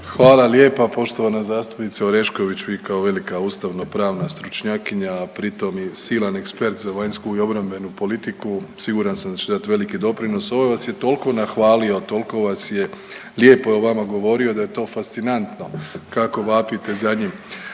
Hvala lijepa poštovana zastupnice Orešković vi kao velika ustavnopravna stručnjakinja, a pri tome i silan ekspert za vanjsku i obrambenu politiku siguran sam da ćete dati veliki doprinos. … /ne razumije se/ … vas je toliko nahvalio, toliko vas je lijepo je o vama govorio da je to fascinantno kako vapite za njim.